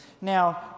Now